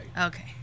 Okay